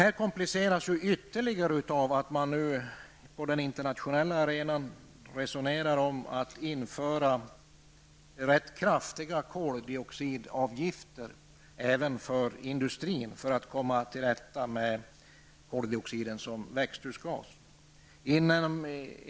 Detta kompliceras ytterligare av att man nu på den internationella arenan resonerar om att införa rätt så höga koldioxidavgifter, även för industrin, för att komma till rätta med den koldioxid som omvandlas till växthusgas.